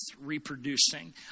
reproducing